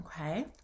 okay